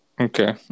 okay